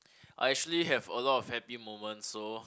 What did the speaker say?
I actually have a lot of happy moment so